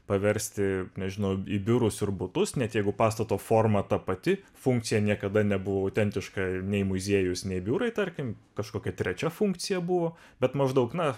paversti nežinau į biurus ir butus net jeigu pastato forma ta pati funkcija niekada nebuvo autentiška nei muziejus nei biurai tarkim kažkokia trečia funkcija buvo bet maždaug na